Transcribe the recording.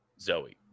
Zoe